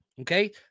Okay